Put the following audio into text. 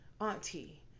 auntie